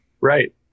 right